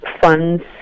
funds